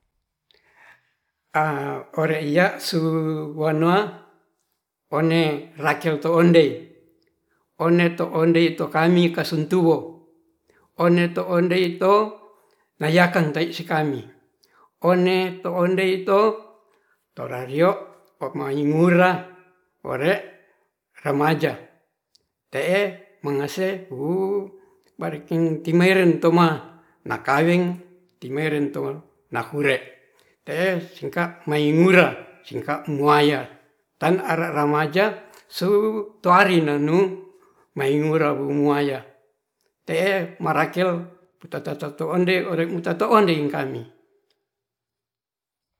ore yaa suwanoa one rakel toondey oneto ondei. one to ondei to kami kasuntuo one to ondei tonayakang ta issi kami one to ondeo to torario maimura ore ramaja te'e mangase wuu barekeng temereng toma nakaweng timeren to nahure te'e singka maimurasingka muaiah tan ara' ramaja suwu roarinanu maimura bu muaiah te'e marakel puta ore mutatoonde kami